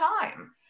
time